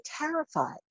terrified